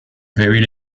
very